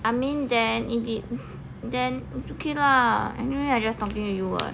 I mean then it it then okay lah anyway I just talking to you [what]